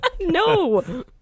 No